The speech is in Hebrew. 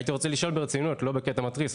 הייתי רוצה לשאול ברצינות, לא בקטע מתריס.